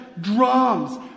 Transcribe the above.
drums